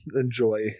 enjoy